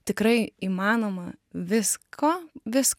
tikrai įmanoma visko vis